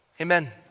Amen